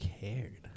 cared